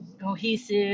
cohesive